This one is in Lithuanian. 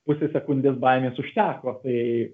pusė sekundės baimės užteko tai